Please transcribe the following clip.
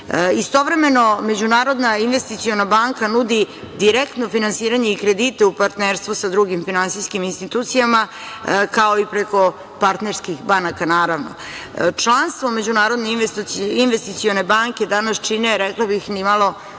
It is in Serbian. uticaj. Istovremeno, Međunarodna investiciona banka nudi direktno finansiranje i kredit u partnerstvu sa drugim finansijskim institucijama, kao i preko partnerskih banaka, naravno. Članstvo Međunarodne investicione banke danas čine, rekla bih, ni malo